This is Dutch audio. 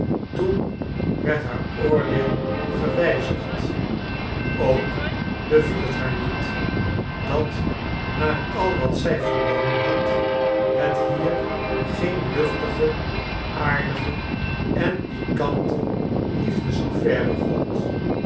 toen werd haar oordeel gewijzigd ook beviel het haar niet dat naar al wat zij vernomen had het hier geen luchtige aardige en pikante liefdesaffaire gold